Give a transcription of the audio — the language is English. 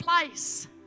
place